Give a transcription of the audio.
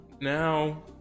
now